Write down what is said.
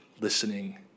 listening